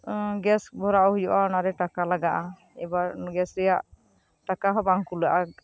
gas ᱵᱷᱚᱨᱟᱣ ᱦᱳᱭᱳᱜᱼᱟ ᱚᱱᱟᱨᱮ ᱴᱟᱠᱟ ᱞᱟᱜᱟᱜᱼᱟ ᱮᱵᱟᱨ ᱜᱮᱥ ᱨᱮᱭᱟᱜ ᱴᱟᱠᱟ ᱦᱚᱸ ᱵᱟᱝ ᱠᱩᱲᱟᱹᱜᱼᱟ